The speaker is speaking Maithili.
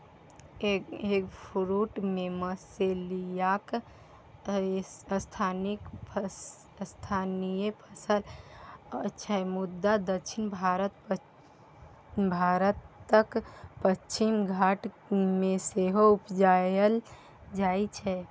एगफ्रुट मलेशियाक स्थानीय फसल छै मुदा दक्षिण भारतक पश्चिमी घाट मे सेहो उपजाएल जाइ छै